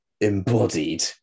embodied